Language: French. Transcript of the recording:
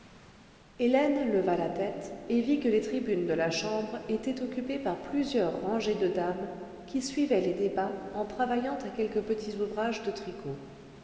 hélène leva la tête et vit que les tribunes de la chambre étaient occupées par plusieurs rangées de dames qui suivaient les débats en travaillant à quelques petits ouvrages de tricot